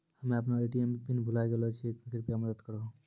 हम्मे अपनो ATM PIN भुलाय गेलो छियै, कृपया मदत करहो